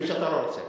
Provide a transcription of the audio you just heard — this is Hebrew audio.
מי שאתה לא רוצה.